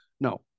no